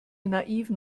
naiven